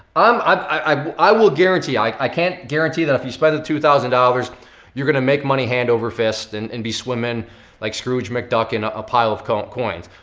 um i i will guarantee, i can't guarantee that if you spend the two thousand dollars you're gonna make money hand over fist and and be swimming like scrooge mcduck in a pile of coins.